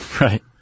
Right